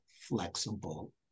flexible